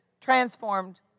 transformed